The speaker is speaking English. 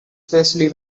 especially